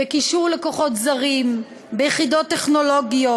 בקישור לכוחות זרים, ביחידות טכנולוגיות.